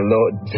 Lord